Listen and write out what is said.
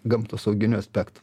gamtosauginiu aspektu